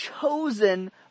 chosen